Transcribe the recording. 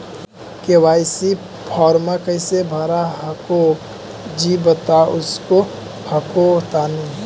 KYC फॉर्मा कैसे भरा हको जी बता उसको हको तानी?